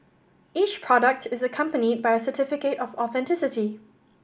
each product is accompanied by a certificate of authenticity